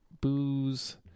booze